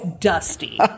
dusty